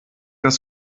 das